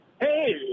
hey